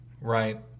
right